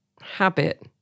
habit